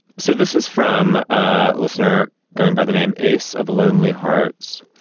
so this is from ah listener. going by the name ace of lonely hearts.